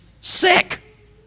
sick